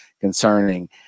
concerning